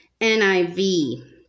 NIV